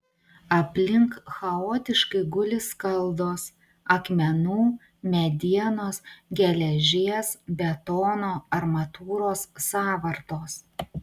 aplink chaotiškai guli skaldos akmenų medienos geležies betono armatūros sąvartos